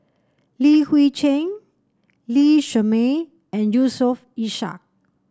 Li Hui Cheng Lee Shermay and Yusof Ishak